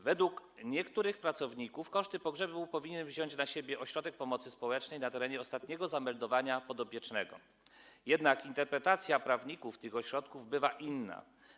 Według niektórych prawników koszty pogrzebu powinien wziąć na siebie ośrodek pomocy społecznej na terenie ostatniego zameldowania podopiecznego, jednak interpretacja prawników tych ośrodków bywa inna.